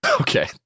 Okay